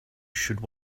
should